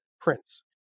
Prince